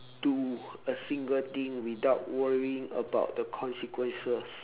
do a single thing without worrying about the consequences